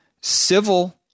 civil